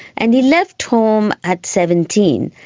and he left home at seventeen,